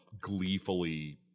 gleefully